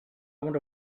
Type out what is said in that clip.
wonder